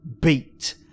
beat